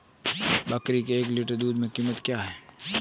बकरी के एक लीटर दूध की कीमत क्या है?